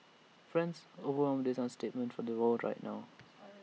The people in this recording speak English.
friends overwhelmed is the understatement of the world right now